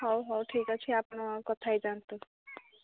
ହଉ ହଉ ଠିକ୍ ଅଛି ଆପଣ କଥା ହେଇଯାଆନ୍ତୁ